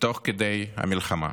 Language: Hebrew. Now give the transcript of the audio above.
תוך כדי המלחמה.